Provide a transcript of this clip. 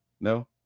no